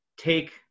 take